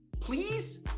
Please